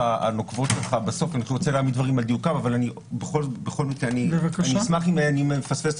אבל יש בזה דווקא משהו שמסמן מאוד את